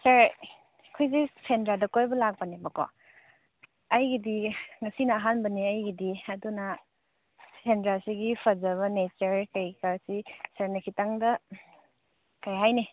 ꯁꯦ ꯑꯩꯈꯣꯏꯁꯦ ꯁꯦꯟꯗ꯭ꯔꯥꯗ ꯀꯣꯏꯕ ꯂꯥꯛꯄꯅꯦꯕꯀꯣ ꯑꯩꯒꯤꯗꯤ ꯉꯁꯤꯅ ꯑꯍꯥꯟꯕꯅꯦ ꯑꯩꯒꯤꯗꯤ ꯑꯗꯨꯅ ꯁꯦꯟꯗ꯭ꯔꯥꯁꯤꯒꯤ ꯐꯖꯕ ꯅꯦꯆꯔ ꯀꯩꯀꯥꯁꯤ ꯁꯥꯔꯅ ꯈꯤꯇꯪꯒ ꯀꯩ ꯍꯥꯏꯅꯤ